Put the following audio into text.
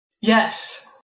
Yes